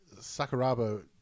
Sakuraba